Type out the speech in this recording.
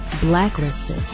Blacklisted